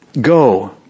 Go